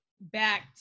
back